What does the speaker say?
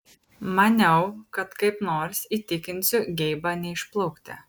maniau kad kaip nors įtikinsiu geibą neišplaukti